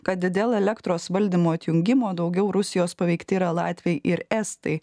kad dėl elektros valdymo atjungimo daugiau rusijos paveikti yra latviai ir estai